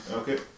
okay